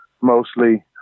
mostly